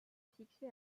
fixé